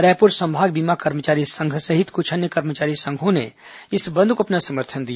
रायपुर संभाग बीमा कर्मचारी संघ सहित कुछ अन्य कर्मचारी संघों ने इस बंद को अपना समर्थन दिया